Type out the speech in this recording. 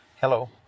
Hello